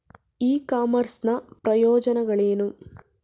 E commerce ನ ಪ್ರಯೋಜನಗಳೇನು?